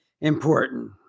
important